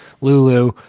Lulu